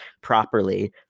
properly